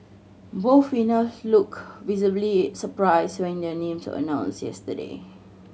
both winner looked visibly surprised when their names announced yesterday